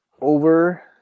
over